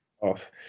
off